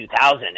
2000